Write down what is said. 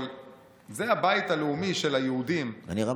אבל זה הבית הלאומי של היהודים.